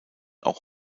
auch